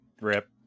Rip